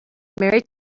mary